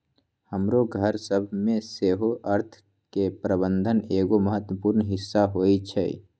हमरो घर सभ में सेहो अर्थ के प्रबंधन एगो महत्वपूर्ण हिस्सा होइ छइ